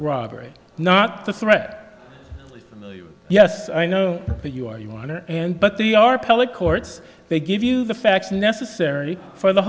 robbery not the threat yes i know that you are you want to and but they are public courts they give you the facts necessary for the